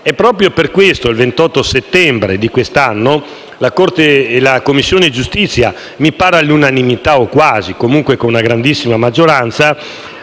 E proprio per questo motivo, il 28 settembre di quest'anno la Commissione giustizia, mi pare all'unanimità o quasi - o comunque con una grandissima maggioranza